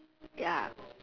ya